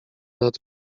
nad